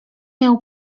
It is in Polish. miał